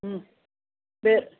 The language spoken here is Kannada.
ಹ್ಞೂ ಬೇ